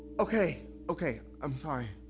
okay, okay, i'm sorry,